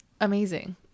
amazing